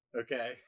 okay